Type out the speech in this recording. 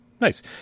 Nice